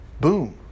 Boom